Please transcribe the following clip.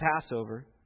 Passover